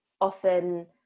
often